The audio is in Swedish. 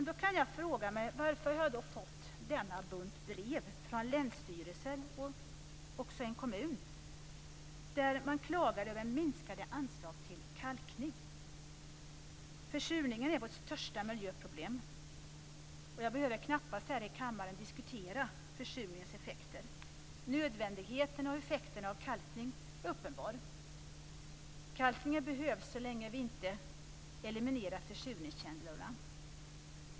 Då frågar jag mig: Varför har jag då fått en bunt brev från länsstyrelser och en kommun där man klagar över minskade anslag till kalkning? Försurningen är vårt största miljöproblem. Jag behöver knappast här i kammaren diskutera försurningens effekter. Nödvändigheten och effekten av kalkning är uppenbar. Kalkningen behövs, så länge vi inte eliminerat försurningskällorna.